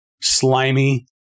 slimy